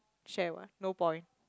share what no point